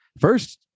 first